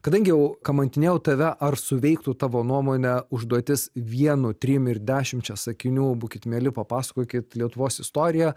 kadangi jau kamantinėjau tave ar suveiktų tavo nuomonė užduotis vienu trim ir dešimčia sakinių būkit mieli papasakokit lietuvos istoriją